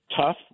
tough